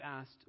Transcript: asked